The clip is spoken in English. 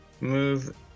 move